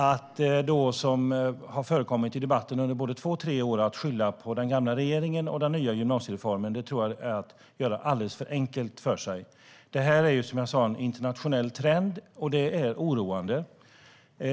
Att då, vilket har förekommit i debatten under både två och tre år, skylla på den tidigare regeringen och den nya gymnasiereformen är att göra det alldeles för enkelt för sig. Det här är som jag sa en internationell trend, och det är oroande.